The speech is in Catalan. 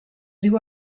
diu